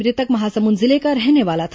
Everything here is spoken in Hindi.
मृतक महासमुंद जिले का रहने वाला था